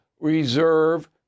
reserve